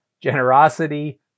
generosity